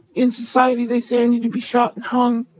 in society they say, i need to be shot and hung.